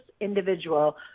individual